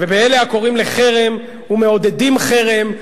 ובאלה הקוראים לחרם ומעודדים חרם,